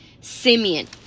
Simeon